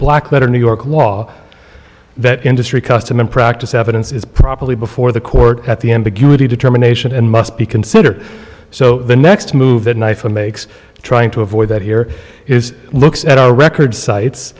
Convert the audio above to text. black letter new york law that industry custom and practice evidence is properly before the court at the ambiguity determination and must be considered so the next move that knife makes trying to avoid that here is looks at our record